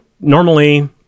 normally